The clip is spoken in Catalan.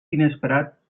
inesperat